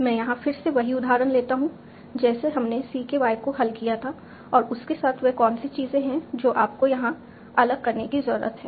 मैं यहां फिर से वही उदाहरण लेता हूं जैसे हमने CKY को हल किया था और उसके साथ वे कौन सी चीजें हैं जो आपको यहां अलग करने की जरूरत हैं